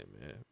man